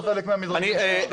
זה חלק מהדברים שיש לנו.